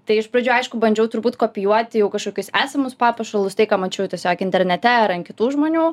tai iš pradžių aišku bandžiau turbūt kopijuoti jau kažkokius esamus papuošalus tai ką mačiau tiesiog internete ar ant kitų žmonių